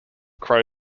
crow